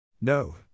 No